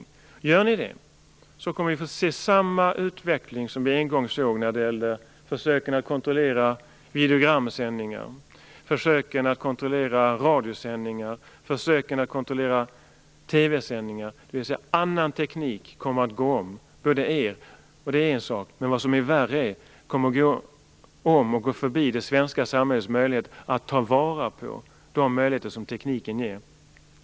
Om regeringen kommer att hindra denna utveckling kommer vi att få se samma utveckling som vi en gång såg när det gällde försöken att kontrollera videogramsändningar, försöken att kontrollera radiosändningar, försöken att kontrollera TV-sändningar, dvs. annan teknik kommer att gå om både regeringen, och det är en sak, men vad som är värre är att denna teknik kommer att gå förbi det svenska samhällets möjlighet att ta vara på de möjligheter som tekniken ger.